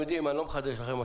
יודעים,